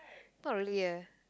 not really leh